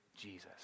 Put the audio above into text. Jesus